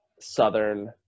Southern